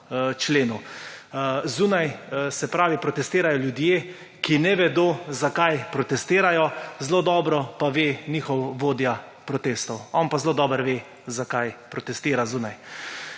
členu. Zunaj, se pravi, protestirajo ljudje, ki ne vedo, zakaj protestirajo. Zelo dobro pa ve njihov vodja protestov, on pa zelo dobro ve, zakaj protestira zunaj.